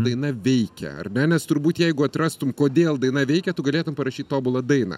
daina veikia ar ne nes turbūt jeigu atrastum kodėl daina veikia tu galėtum parašyt tobulą dainą